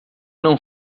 não